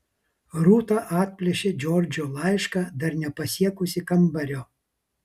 rūta atplėšė džordžo laišką dar nepasiekusi kambario